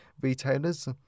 retailers